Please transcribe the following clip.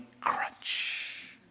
crunch